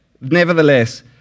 nevertheless